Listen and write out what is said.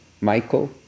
Michael